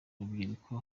rubyiruko